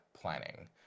planning